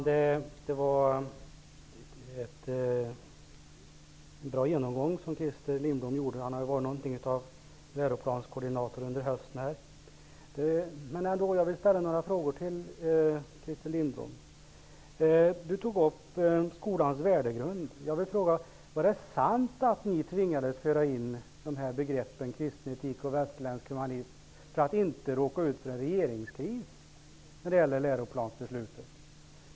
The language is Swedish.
Herr talman! Det var en bra genomgång som Christer Lindblom gjorde. Han har varit något av en läroplanskoordinator under hösten. Jag vill ställa några frågor till Christer Lindblom. Han tog upp frågan om skolans värdegrund. Är det sant att ni tvingades föra in begreppen kristen etik och värsterländsk humanism för att inte råka ut för en regeringskris på grund av läroplansbeslutet?